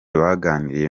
baganiriye